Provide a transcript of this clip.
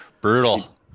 Brutal